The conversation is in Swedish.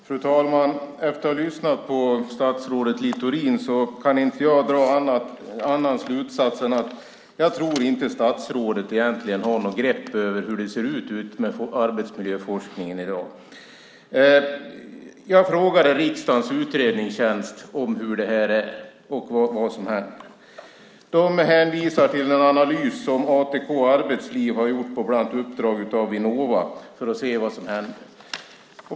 Fru talman! Efter att ha lyssnat på statsrådet Littorin kan jag inte dra någon annan slutsats än att statsrådet egentligen inte har något grepp om hur det ser ut med arbetsmiljöforskningen i dag. Jag frågade riksdagens utredningstjänst om vad som händer. De hänvisade till en analys som ATK Arbetsliv har gjort på uppdrag av bland annat Vinnova för att se vad som händer.